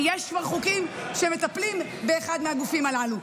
יש כבר חוקים שמטפלים באחד מהגופים הללו.